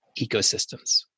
ecosystems